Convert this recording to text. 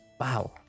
Wow